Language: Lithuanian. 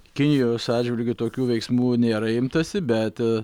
kinijos atžvilgiu tokių veiksmų nėra imtasi bet aa